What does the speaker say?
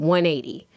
180